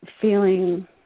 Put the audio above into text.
feeling